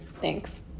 thanks